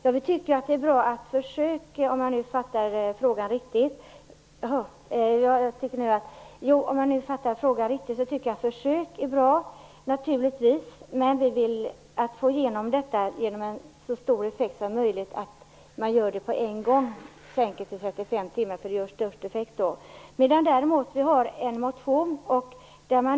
Om jag nu förstod frågan riktigt kan jag säga att jag tycker att försök naturligtvis är bra, men vi vill få igenom detta på en gång och alltså minska veckoarbetstiden till 35 timmar för att få så stor effekt som möjligt.